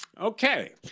Okay